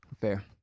Fair